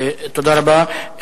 תודה רבה.